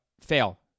fail